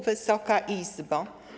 Wysoka Izbo!